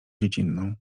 dziecinną